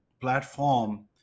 platform